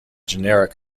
generic